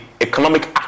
economic